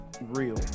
real